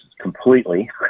completely